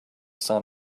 sun